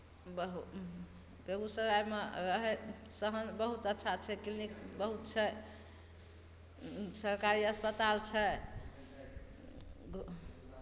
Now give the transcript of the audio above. बहु उँ बेगूसरायमे रहै सहन बहुत अच्छा छै क्लिनिक बहुत छै उँ सरकारी अस्पताल छै घु